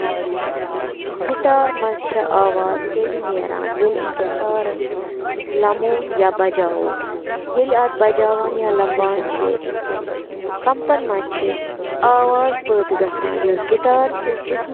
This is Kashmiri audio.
سائیکلٕک اَہَم جُز تہٕ تِم کِتھ کٔنۍ چھِ اِکہٕ وٹہٕ کٲم کران تِمَن منٛز چھِ drive train, crank set, bottom bracket, brakes,